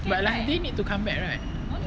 but like do you need to come back right